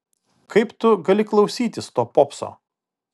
kaip tu gali klausytis to popso